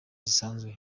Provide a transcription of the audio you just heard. zisanzwe